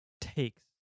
takes